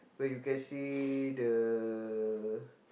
where you can see the